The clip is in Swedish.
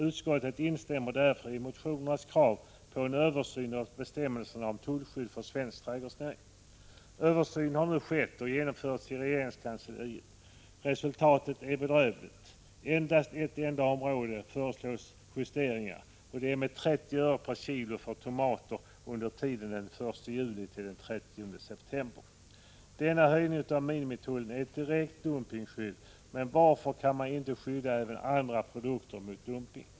Utskottet instämmer därför i motionärernas krav på en översyn av bestämmelserna om tullskydd för svensk trädgårdsodling.” Översynen har nu skett och genomförts i regeringskansliet. Resultatet är bedrövligt. Endast på ett enda område föreslås justeringar. Och det är med 30 öre per kilo för tomater under tiden den 1 juli-den 30 september. Denna höjning av minimitullen är ett direkt dumpningskydd — men varför kan man inte skydda även andra produkter mot dumpning?